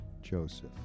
Joseph